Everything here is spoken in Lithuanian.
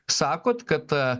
sakot kad